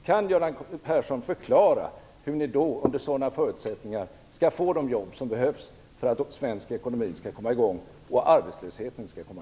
Kan Göran Persson förklara hur ni under sådana förutsättningar skall få fram de jobb som behövs för att svensk ekonomi skall komma i gång och arbetslösheten minska?